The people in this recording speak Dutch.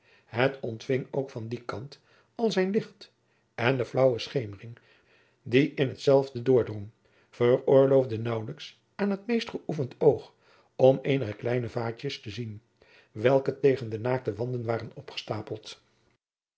het ontfing ook van dien kant al zijn licht en de flaauwe schemering die in hetzelve doordrong veroorloofde naauwelijks aan het meest geoefend oog om eenige kleine vaatjens te zien welke tegen de naakte wanden waren opgestapeld